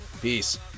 Peace